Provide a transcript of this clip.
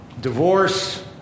divorce